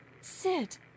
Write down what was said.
Sit